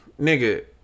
nigga